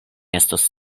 estos